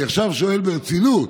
אני עכשיו שואל ברצינות: